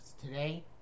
today